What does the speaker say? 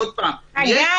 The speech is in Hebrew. עוד פעם --- חגי,